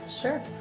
sure